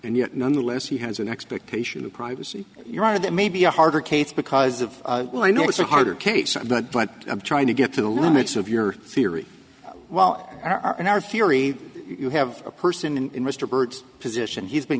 and yet nonetheless he has an expectation of privacy you're out of that may be a harder case because of well i know it's a harder case but but i'm trying to get to the limits of your theory well our in our theory you have a person in mr byrd's position he's been